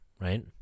right